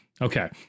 Okay